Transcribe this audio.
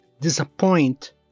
disappoint